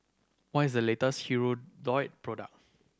what is the latest Hirudoid product